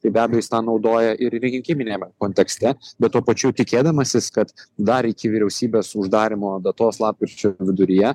tai be abejo jis tą naudoja ir rinkiminiame kontekste bet tuo pačiu tikėdamasis kad dar iki vyriausybės uždarymo datos lapkričio viduryje